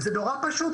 זה נורא פשוט.